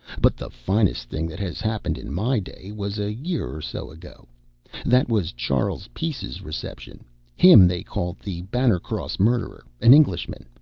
but the finest thing that has happened in my day was a year or so ago that was charles peace's reception him they called the bannercross murderer' an englishman.